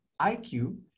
IQ